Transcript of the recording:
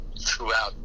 throughout